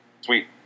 Sweet